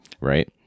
right